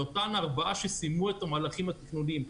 לאותן ארבע שסיימו את המהלכים התכנוניים.